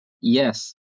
Yes